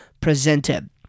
presented